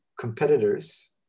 competitors